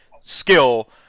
skill